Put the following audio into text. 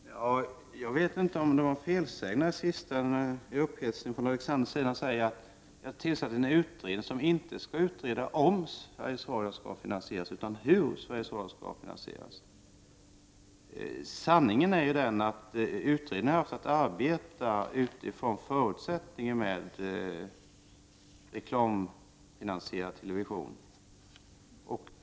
Fru talman! Jag vet inte om Alexander Chrisopoulos gjorde sig skyldig till en felsägning när han i något slags upphetsning sade att det har tillsatts en utredning som inte skall utreda om Sveriges Radio skall reklamfinansieras utan hur Sveriges Radio skall reklamfinansieras. Sanningen är ju den att utredningen har haft att arbeta under förutsättning att det skall vara en reklamfinansierad television.